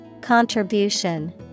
Contribution